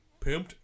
Pimped